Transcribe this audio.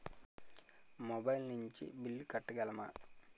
Mobile నుంచి bill కట్టగలమ?